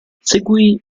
seguì